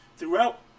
Throughout